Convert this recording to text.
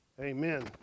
amen